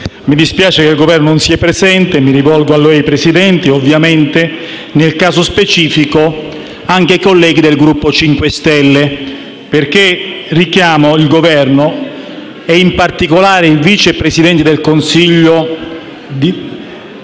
mi dispiace che il Governo non sia presente. Mi rivolgo a lei, signor Presidente, e ovviamente, nel caso specifico, anche ai colleghi del Gruppo del MoVimento 5 Stelle, dal momento che richiamo il Governo e in particolare il vice presidente del Consiglio Di